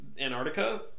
Antarctica